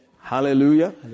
Hallelujah